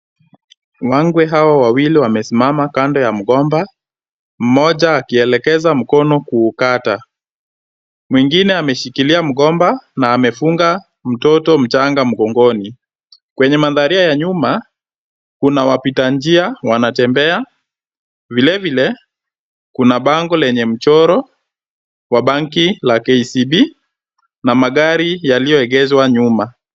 Wangwe hawa wawili wamesimama kando ya migomba, moja akielekeza mkono kukata, mwingine ameshikilia mgomba na amefunga mtoto mchanga mkononi. Kwenye maandaria ya nyuma kuna wapita njia wanatembea vile vile kuna bango lenye mchoro wa benki la KCB na magari yalioegeshwa nyuma.